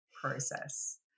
process